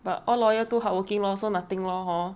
but all lawyer too hardworking lor so nothing lor hor